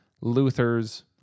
Luther's